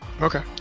Okay